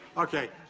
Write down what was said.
okay.